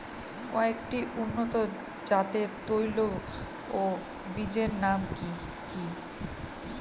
কয়েকটি উন্নত জাতের তৈল ও বীজের নাম কি কি?